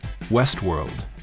Westworld